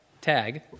tag